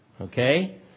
Okay